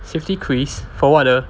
safety quiz for what 的